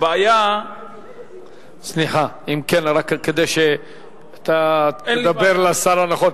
הבעיה, סליחה, רק כדי שתדבר לשר הנכון.